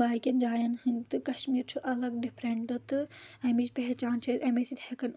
باقین جاین ہٕنٛدۍ تہٕ کشمیٖر چھُ الگ ڈِفرَنٹہٕ تہٕ اَمِچ پہچان چھِ أسۍ اَمہِ سۭتۍ ہؠکَان